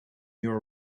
your